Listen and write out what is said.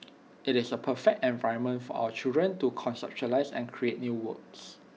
IT is A perfect environment for our children to conceptualise and create new works